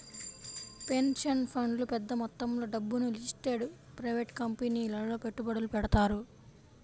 pension ఫండ్లు పెద్ద మొత్తంలో డబ్బును లిస్టెడ్ ప్రైవేట్ కంపెనీలలో పెట్టుబడులు పెడతారు